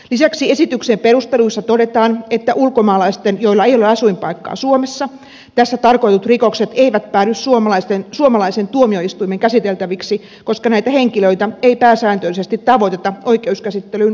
lisäksi esityksen perusteluissa todetaan että ulkomaalaisten joilla ei ole asuinpaikkaa suomessa tässä tarkoitetut rikokset eivät päädy suomalaisen tuomioistuimen käsiteltäviksi koska näitä henkilöitä ei pääsääntöisesti tavoiteta oikeuskäsittelyyn haastamiseksi